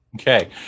Okay